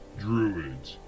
druids